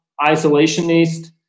isolationist